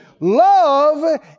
Love